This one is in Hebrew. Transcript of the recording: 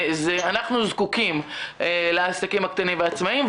אנחנו זקוקים לעסקים הקטנים והעצמאים,